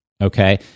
Okay